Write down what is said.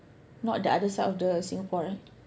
not the other side of the Singapore right